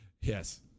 Yes